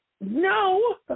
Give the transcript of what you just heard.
no